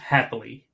Happily